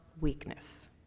weakness